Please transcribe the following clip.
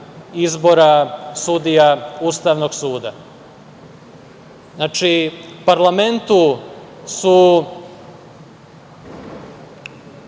izbora sudija Ustavnog suda. Znači, parlamentu su,